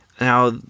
now